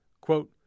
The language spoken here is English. Quote